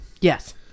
Yes